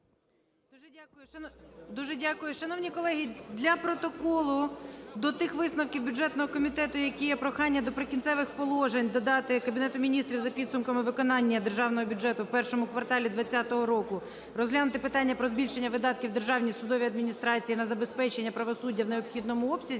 Дуже дякую. Шановні колеги, для протоколу. До тих висновків бюджетного комітету, які є, прохання до "Прикінцевих положень" додати: Кабінету Міністрів за підсумками виконання державного бюджету у першому кварталі 20-го року розглянути питання про збільшення видатків у державній судовій адміністрації на забезпечення правосуддя в необхідному обсязі,